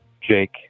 Jake